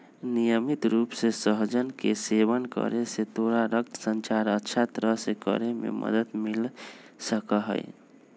नियमित रूप से सहजन के सेवन करे से तोरा रक्त संचार अच्छा तरह से करे में मदद मिल सका हई